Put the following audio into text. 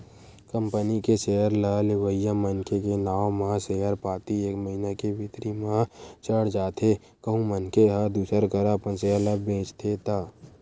company के share ल लेवइया मनखे के नांव म सेयर पाती एक महिना के भीतरी म चढ़ जाथे कहूं मनखे ह दूसर करा अपन सेयर ल बेंचथे त